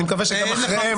אני מקווה שגם אחריהן.